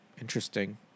Interesting